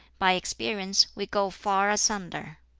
by experience we go far asunder.